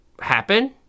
happen